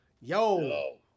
Yo